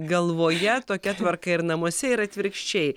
galvoje tokia tvarka ir namuose ir atvirkščiai